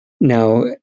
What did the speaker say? Now